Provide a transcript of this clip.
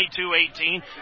22-18